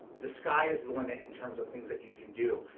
the sky is the limit in terms of things that you can do.